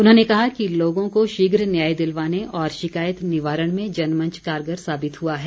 उन्होंने कहा कि लोगों को शीघ न्याय दिलवाने और शिकायत निवारण में जनमंच कारगर साबित हुआ है